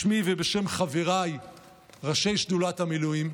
בשמי ובשם חבריי ראשי שדולת המילואים,